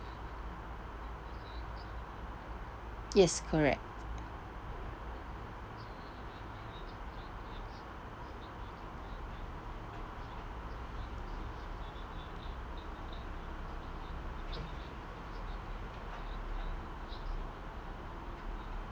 yes correct